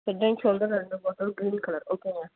head and shoulder ரெண்டு bundle green colour ஓகேங்க